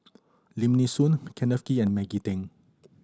Lim Nee Soon Kenneth Kee and Maggie Teng